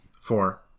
Four